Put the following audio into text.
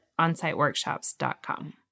onsiteworkshops.com